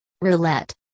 roulette